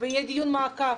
ושיהיה דיון מעקב.